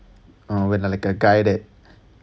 oh when like a guy that